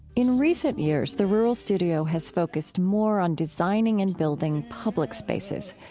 in recent years, the rural studio has focused more on designing and building public spaces,